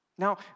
Now